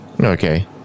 Okay